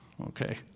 Okay